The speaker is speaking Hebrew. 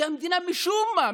כי המדינה משום מה,